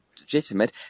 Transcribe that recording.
legitimate